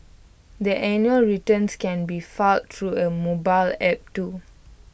the annual returns can be filed through A mobile app too